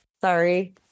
Sorry